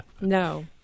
No